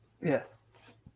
Yes